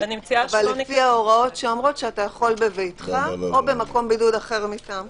אבל לפי ההוראות שאומרות שאתה יכול בביתך או במקום בידוד אחר מטעמך.